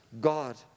God